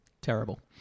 Terrible